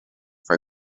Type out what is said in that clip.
for